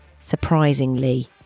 surprisingly